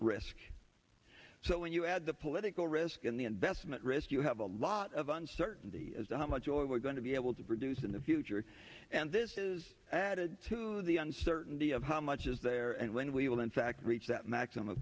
risk so when you add the political risk in the investment risk you have a lot of uncertainty as to how much you're going to be able to produce in the future and this is added to the uncertainty of how much is there and when we will in fact reach that maximum